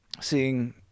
seeing